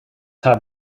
have